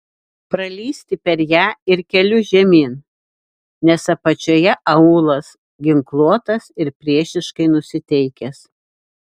pralįsti per ją ir keliu žemyn nes apačioje aūlas ginkluotas ir priešiškai nusiteikęs